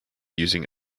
using